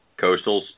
coastals